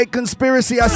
Conspiracy